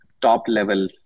top-level